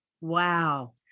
wow